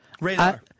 Radar